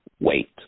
wait